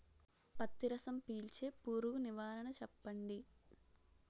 పత్తి రసం పీల్చే పురుగు నివారణ చెప్పండి?